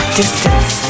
distance